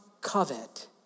covet